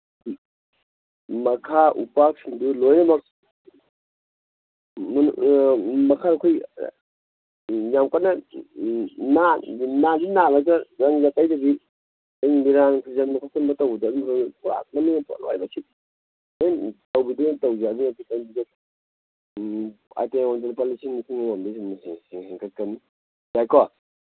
ꯃꯈꯥ ꯎꯄꯥꯛꯁꯤꯡꯗꯨ ꯂꯣꯏꯅꯃꯛ ꯃꯈꯜ ꯑꯩꯈꯣꯏ ꯌꯥꯝ ꯀꯟꯅ ꯔꯪꯒ ꯇꯩꯗꯕꯤ ꯃꯤꯔꯥꯡ ꯊꯨꯖꯤꯟꯕ ꯈꯣꯠꯆꯤꯟꯕ ꯇꯧꯕꯗꯣ ꯑꯗꯨ ꯄꯨꯔꯥ ꯃꯅꯨꯡ ꯃꯄꯥꯟ ꯂꯣꯏꯃꯛ ꯁꯤ ꯂꯣꯏ ꯑꯗꯨꯅ ꯈꯤꯇꯪꯗꯤ ꯑꯥꯏꯇꯦꯝ ꯑꯃꯃꯝꯗ ꯂꯨꯄꯥ ꯂꯤꯁꯤꯡ ꯅꯤꯐꯨ ꯍꯦꯟꯀꯠꯀꯅꯤ ꯌꯥꯏꯀꯣ